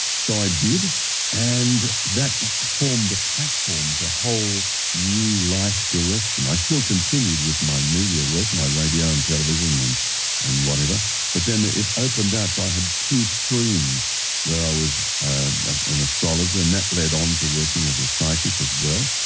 so, i did and that formed the platform for a whole new life direction. i still continued with my media-work, my radio and television and and whatever but, then it opened up so that i had two streams where i was an astrologer and that led on to working as a psychic, as well.